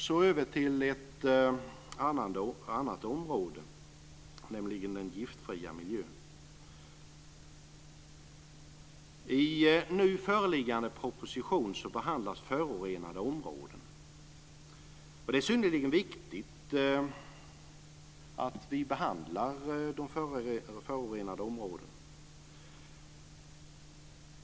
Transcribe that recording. Så går jag över till ett annat område, nämligen den giftfria miljön. I nu föreliggande proposition behandlas förorenade områden. Det är synnerligen viktigt att vi behandlar frågan om de förorenade områdena.